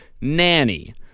Nanny